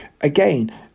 Again